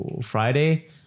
Friday